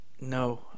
No